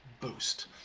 Boost